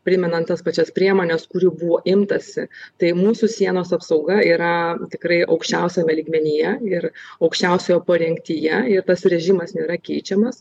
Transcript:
primenant tas pačias priemones kurių buvo imtasi tai mūsų sienos apsauga yra tikrai aukščiausiame lygmenyje ir aukščiausioje parengtyje ir tas režimas nėra keičiamas